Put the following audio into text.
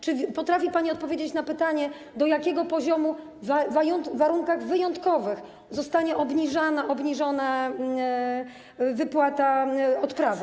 Czy potrafi pani odpowiedzieć na pytanie, do jakiego poziomu w warunkach wyjątkowych zostanie obniżone wypłata odprawa?